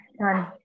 done